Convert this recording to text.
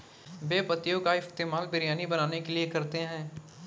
बे पत्तियों का इस्तेमाल बिरयानी बनाने के लिए करते हैं